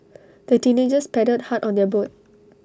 the teenagers paddled hard on their boat